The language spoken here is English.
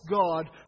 God